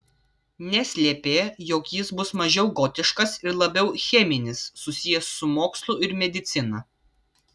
neslėpė jog jis bus mažiau gotiškas ir labiau cheminis susijęs su mokslu ir medicina